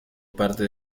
parte